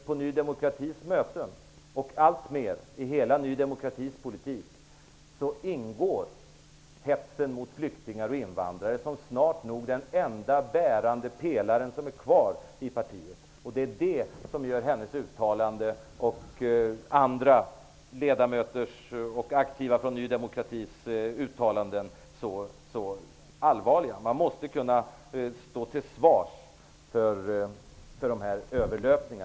På Ny demokratis möten och alltmer i hela Ny demokratis politik är hetsen mot flyktingar och invandrare snart nog den enda kvarvarande bärande pelaren. Det är det som gör Vivianne Franzéns och andra ledamöters och aktiva nydemokraters uttalanden så allvarliga. Ni måste kunna stå till svars för dessa överlöpningar.